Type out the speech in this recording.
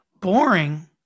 Boring